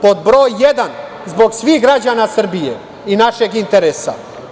Pod broj jedan, zbog svih građana Srbije i našeg interesa.